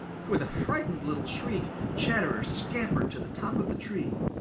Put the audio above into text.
with a frightened little shriek chatterer scampered to the top of the tree.